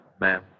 Ma'am